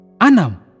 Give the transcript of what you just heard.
Anam